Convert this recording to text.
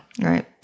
Right